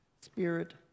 Spirit